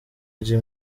ry’i